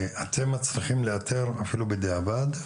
אתם מצליחים לאתר פוסט טראומטיים אפילו בדיעבד,